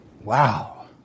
Wow